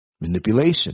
Manipulation